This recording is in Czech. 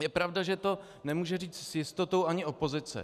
Je pravda, že to nemůže říct s jistotou ani opozice.